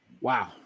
wow